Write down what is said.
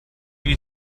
wie